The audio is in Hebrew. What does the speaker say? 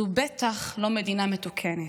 זו בטח לא מדינה מתוקנת.